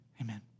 Amen